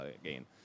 again